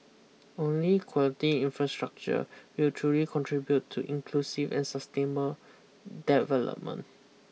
only quality infrastructure will truly contribute to inclusive and sustainable development